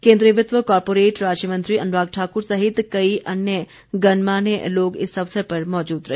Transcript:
केन्द्रीय वित्त व कॉरपोरेट राज्य मंत्री अनुराग ठाकुर सहित कई अन्य गणमान्य लोग इस अवसर पर मौजूद रहे